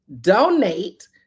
donate